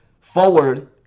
forward